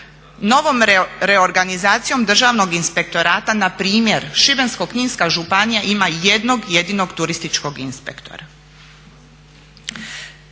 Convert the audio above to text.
Novom reorganizacijom državnog inspektorata npr. Šibensko-kninska županija ima jednog jedinog turističkog inspektora.